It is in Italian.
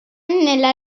nella